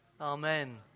Amen